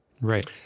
Right